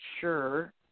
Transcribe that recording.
sure